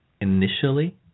initially